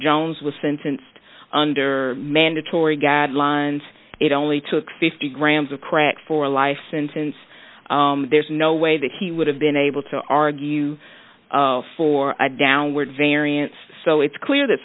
jones was sentenced under mandatory guidelines it only took fifty grams of crack for a life sentence there's no way that he would have been able to argue for a downward variance so it's clear that